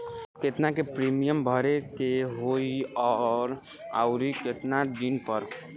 केतना के प्रीमियम भरे के होई और आऊर केतना दिन पर?